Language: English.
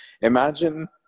Imagine